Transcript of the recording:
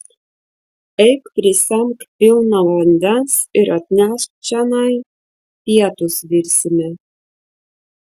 eik prisemk pilną vandens ir atnešk čionai pietus virsime